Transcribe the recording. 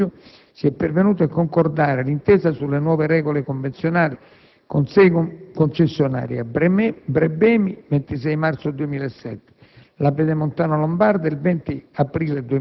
In particolare tra i mesi di marzo ed i primi giorni di maggio si è pervenuti a concordare l'intesa sulle nuove regole convenzionali con sei concessionari (BREBEMI il 26 marzo 2007;